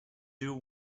due